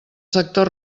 sectors